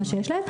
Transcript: מה שיש להם.